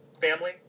Family